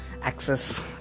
access